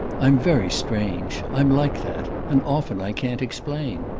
i'm very strange i'm like that and often i can't explain.